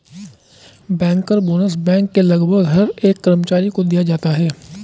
banker bonus bank के लगभग हर एक कर्मचारी को दिया जाता है